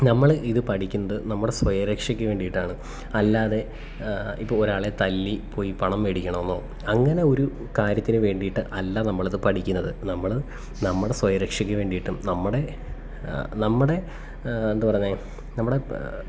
നമ്മൾ ഇതു പഠിക്കുന്നത് നമ്മുടെ സ്വയരക്ഷക്ക് വേണ്ടിയിട്ടാണ് അല്ലാതെ ഇപ്പോൾ ഒരാളെ തല്ലി പോയി പണം മേടിക്കണമെന്നോ അങ്ങനെ ഒരു കാര്യത്തിനു വേണ്ടിയിട്ട് അല്ല നമ്മളത് പഠിക്കുന്നത് നമ്മൾ നമ്മുടെ സ്വയരക്ഷക്കു വേണ്ടിയിട്ടും നമ്മുടെ നമ്മുടെ എന്തു പറഞ്ഞെ നമ്മുടെ